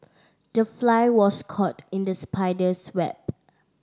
the fly was caught in the spider's web